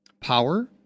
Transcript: Power